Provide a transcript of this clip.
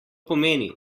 pomeni